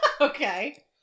Okay